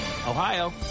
Ohio